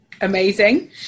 amazing